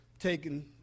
taken